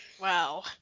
Wow